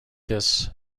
this